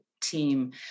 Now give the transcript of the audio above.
team